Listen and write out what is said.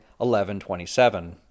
1127